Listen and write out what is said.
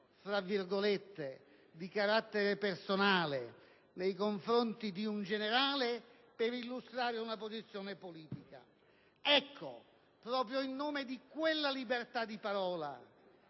(fra virgolette) di carattere personale nei confronti di un generale per illustrare una posizione politica. Ecco, proprio in nome di quella libertà di parola